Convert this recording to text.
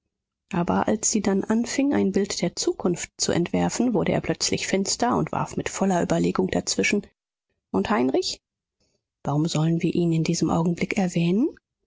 aber als sie dann anfing ein bild der zukunft zu entwerfen wurde er plötzlich finster und warf mit voller überlegung dazwischen und heinrich warum sollen wir ihn in diesem augenblick erwähnen